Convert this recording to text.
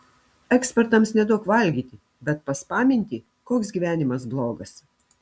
ekspertams neduok valgyti bet paspaminti koks gyvenimas blogas